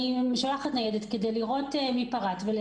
אני שולחת ניידת כדי לראות מי פרץ וכדי